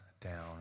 down